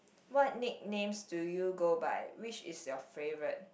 what nicknames do you go by which is your favourite